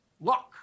luck